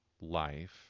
life